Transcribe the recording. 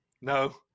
No